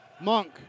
Monk